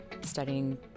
studying